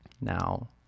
now